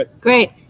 Great